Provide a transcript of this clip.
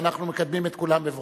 ואנחנו מקדמים את כולם בברכה.